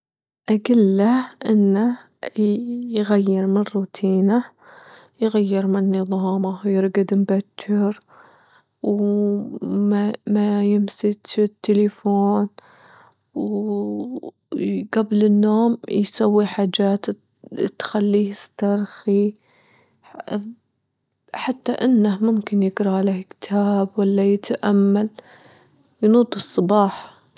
أجيله إنه يغير من روتينه، يغير من نظامه، يرجد مبتشر، وما ما يمستش التليفون، وجبل النوم يسوي حاجات تخليه يسترخي، حتى إنه ممكن يجراله كتاب والا يتأمل الصباح.